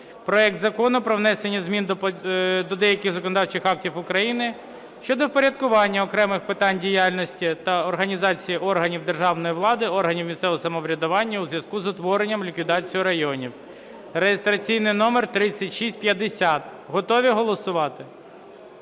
проект Закону про внесення змін до деяких законодавчих актів України щодо впорядкування окремих питань діяльності та організації органів державної влади, органів місцевого самоврядування у зв'язку з утворенням (ліквідацією) районів (реєстраційний номер 3651). Готові голосувати?